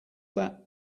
that